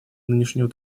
нынешнего